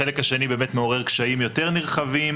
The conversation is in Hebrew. החלק השני באמת מעורר קשיים יותר נרחבים